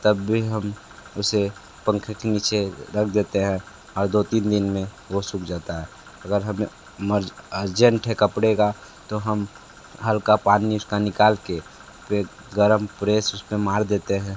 तब भी हम उसे पंखे के नीचे रख देते हैं और दो तीन दिन में वो सूख जाता है अगर हमें मर्ज अर्जेंट है कपड़े का तो हम हल्का पानी उसका निकाल के प्रे गर्म प्रेस उस पर मार देते हैं